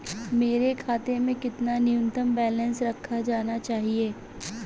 मेरे खाते में कितना न्यूनतम बैलेंस रखा जाना चाहिए?